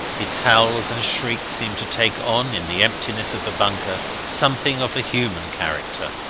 its howls and shrieks seemed to take on, in the emptiness of the bunker, something of the human character,